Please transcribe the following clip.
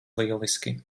lieliski